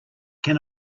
can